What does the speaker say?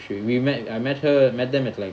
should we met I met her met them at like